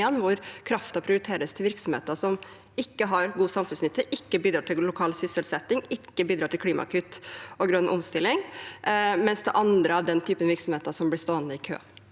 hvor kraften prioriteres til virksomheter som ikke har god samfunnsnytte, ikke bidrar til lokal sysselsetting, ikke bidrar til klimagasskutt og grønn omstilling, mens andre virksomheter av den typen blir stående i kø?